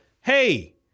Hey